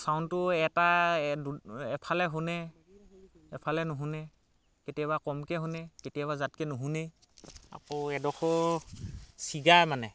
ছাউনটো এটা এফালে শুনে এফালে নুশুনে কেতিয়াবা কমকৈ শুনে কেতিয়াবা যাতকৈ নুশুনেই আকৌ এডোখৰ ছিগা মানে